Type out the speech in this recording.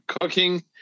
cooking